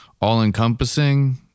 all-encompassing